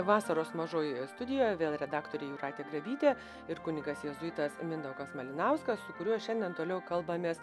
vasaros mažojoje studijoj vėl redaktorė jūratė grabytė ir kunigas jėzuitas mindaugas malinauskas su kuriuo šiandien toliau kalbamės